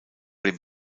dem